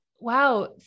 Wow